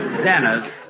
Dennis